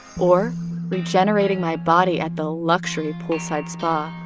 or regenerating my body at the luxury poolside spa.